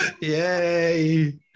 Yay